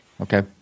Okay